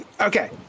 Okay